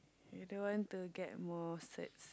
you don't want to get more cert